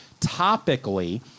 topically